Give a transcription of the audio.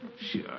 Sure